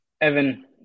Evan